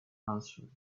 answered